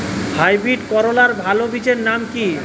Hybrid করলার ভালো বীজের নাম কি?